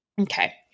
Okay